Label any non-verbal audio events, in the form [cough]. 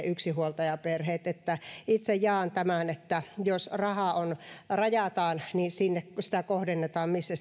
[unintelligible] yksinhuoltajaperheet itse jaan tämän näkemyksen että jos rahaa rajataan niin sitä kohdennetaan sinne missä [unintelligible]